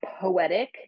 poetic